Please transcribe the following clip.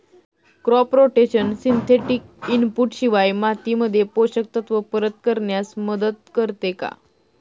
Crop rotation synthetic input शिवाय मातीमध्ये पोषक तत्त्व परत करण्यास मदत करते का?